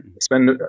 spend